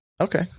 Okay